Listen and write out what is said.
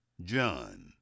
john